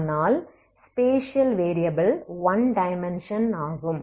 ஆனால் spatial variable one dimension ஆகும்